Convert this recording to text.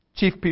Chief